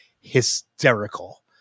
hysterical